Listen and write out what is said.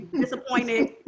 disappointed